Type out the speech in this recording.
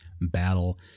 battle